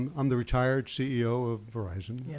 i'm the retired ceo of verizon. yeah